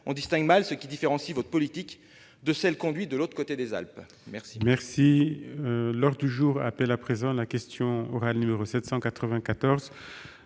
on distingue mal ce qui différencie votre politique de celle qui est conduite de l'autre côté des Alpes se